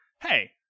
hey